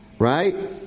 Right